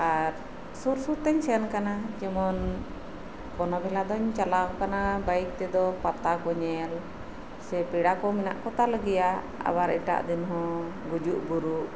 ᱟᱨ ᱥᱩᱨ ᱥᱩᱨᱛᱮᱧ ᱥᱮᱱ ᱟᱠᱟᱱᱟ ᱡᱮᱢᱚᱱ ᱵᱚᱱᱚᱵᱷᱤᱞᱟ ᱫᱚᱧ ᱪᱟᱞᱟᱣ ᱟᱠᱟᱱᱟ ᱵᱟᱭᱤᱠ ᱛᱮᱫᱚ ᱯᱟᱛᱟ ᱠᱚ ᱧᱮᱞ ᱥᱮ ᱯᱮᱲᱟ ᱠᱚ ᱦᱮᱱᱟᱜ ᱠᱚ ᱛᱟᱞᱮᱜᱮᱭᱟ ᱟᱵᱟᱨ ᱮᱴᱟᱜ ᱫᱤᱱ ᱦᱚᱸ ᱜᱩᱡᱩᱜ ᱵᱩᱨᱩᱜ